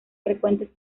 frecuentes